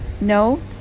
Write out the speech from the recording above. No